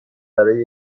برای